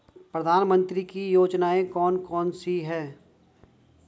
प्रधानमंत्री की योजनाएं कौन कौन सी हैं?